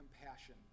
compassion